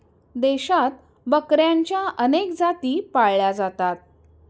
देशात बकऱ्यांच्या अनेक जाती पाळल्या जातात